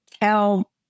tell